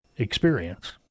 experience